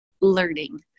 learning